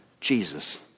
Jesus